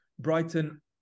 Brighton